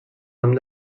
nom